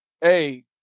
Hey